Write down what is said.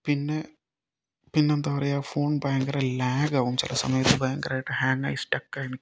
പിന്നെ പിന്നെന്താ പറയുക ഫോൺ ഭയങ്കര ലാഗ് ആകും ചില സമയത്ത് ഭയങ്കരമായിട്ട് ഹേങ്ങായി സ്ട്രക്ക് ആയി നിൽക്കും